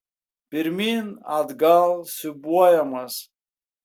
pirmyn atgal siūbuojamas